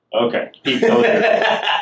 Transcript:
Okay